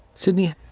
sidney,